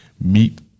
meet